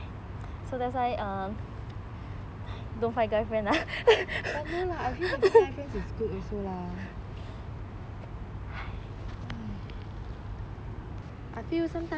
but no lah I feel having guy friends is good also lah !hais!